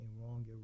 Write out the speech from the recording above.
wrong